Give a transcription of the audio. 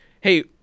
hey